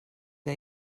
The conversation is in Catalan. que